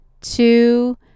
two